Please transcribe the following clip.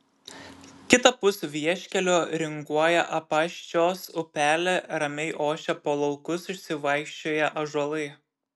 kitapus vieškelio ringuoja apaščios upelė ramiai ošia po laukus išsivaikščioję ąžuolai